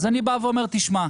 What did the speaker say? אז אני אומר, תשמע,